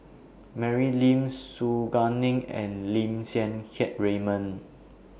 Mary Lim Su Guaning and Lim Siang Keat Raymond